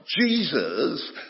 Jesus